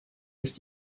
ist